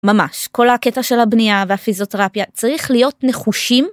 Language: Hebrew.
ממש, כל הקטע של הבנייה והפיזיותרפיה צריך להיות נחושים.